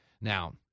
Now